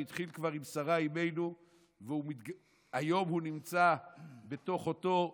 שהתחיל כבר עם שרה אימנו והיום הוא נמצא בתוך אותו מכשיר,